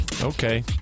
okay